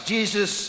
Jesus